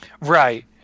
right